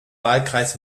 wahlkreis